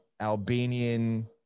albanian